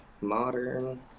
modern